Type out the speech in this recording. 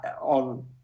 on